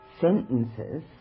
sentences